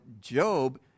Job